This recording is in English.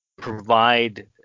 provide